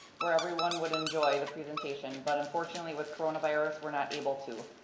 where everyone would enjoy the presentation. but unfortunately with coronavirus, we're not able to.